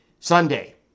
Sunday